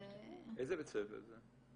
איזה בית ספר זה?